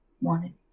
wanted